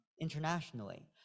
internationally